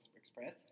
Express